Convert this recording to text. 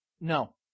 No